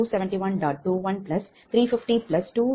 21 350 228